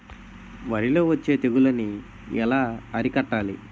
వరిలో వచ్చే తెగులని ఏలా అరికట్టాలి?